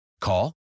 Call